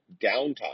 downtime